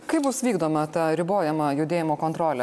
kaip bus vykdoma ta ribojama judėjimo kontrolė